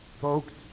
folks